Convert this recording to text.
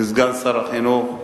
כסגן שר החינוך,